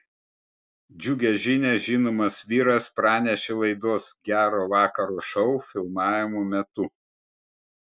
džiugią žinią žinomas vyras pranešė laidos gero vakaro šou filmavimo metu